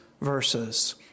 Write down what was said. verses